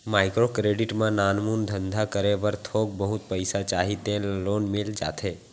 micro credit म नानमुन धंधा करे बर थोक बहुत पइसा चाही तेन ल लोन मिल जाथे